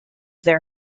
their